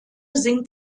singt